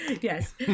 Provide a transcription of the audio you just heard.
Yes